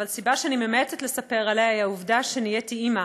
אבל סיבה שאני ממעטת לספר עליה היא העובדה שנהייתי אימא.